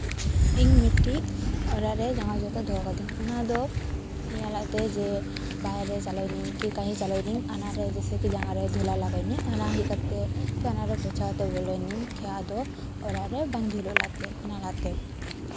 ᱤᱧ ᱢᱤᱫᱴᱤᱡ ᱚᱲᱟᱜ ᱨᱮ ᱡᱟᱢᱟ ᱡᱚᱛᱟᱜ ᱫᱚᱦᱚ ᱠᱟᱹᱫᱟᱹᱧ ᱚᱱᱟ ᱫᱚ ᱱᱤᱭᱟᱹ ᱞᱟᱹᱜᱤᱫ ᱡᱮ ᱵᱟᱦᱮᱨ ᱨᱮ ᱥᱮᱱ ᱥᱮ ᱠᱟᱹᱦᱤ ᱥᱮᱱ ᱱᱟᱹᱧ ᱚᱱᱟ ᱨᱮ ᱡᱮᱭᱥᱮ ᱠᱤ ᱡᱟᱸᱜᱟ ᱨᱮᱭᱟᱜ ᱫᱷᱩᱞᱟ ᱞᱟᱜᱟᱣ ᱤᱧᱟ ᱚᱱᱟ ᱦᱮᱡ ᱠᱟᱛᱮ ᱥᱮ ᱚᱱᱟᱨᱮ ᱯᱳᱪᱷᱟᱣ ᱠᱟᱛᱮ ᱵᱚᱞᱚᱭᱮᱱᱟᱹᱧ ᱟᱫᱚ ᱚᱲᱟᱜ ᱨᱮ ᱵᱟᱝ ᱫᱷᱩᱞᱟᱹ ᱞᱟᱜᱟᱜ ᱛᱮ ᱚᱱᱟᱛᱮ